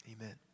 amen